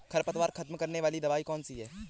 खरपतवार खत्म करने वाली दवाई कौन सी है?